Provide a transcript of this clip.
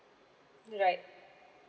right